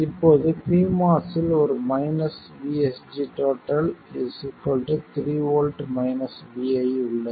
இப்போது pMOS இல் ஒரு மைனஸ் VSG 3 V vi உள்ளது